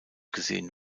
gesehen